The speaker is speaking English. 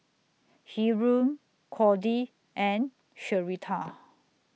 Hyrum Cordie and Sherita